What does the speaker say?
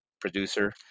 producer